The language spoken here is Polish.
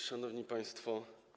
Szanowni Państwo!